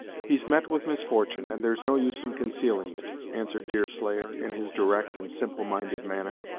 he's met with misfortune, and there's no use in concealing it, answered deerslayer, in his direct and simple minded manner.